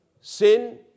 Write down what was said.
sin